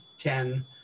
ten